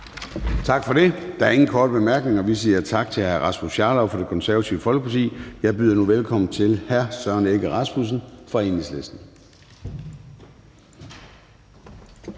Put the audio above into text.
Tak for det. Der er ingen korte bemærkninger. Vi siger tak til hr. Rasmus Jarlov fra Det Konservative Folkeparti. Jeg byder nu velkommen til hr. Søren Egge Rasmussen fra Enhedslisten.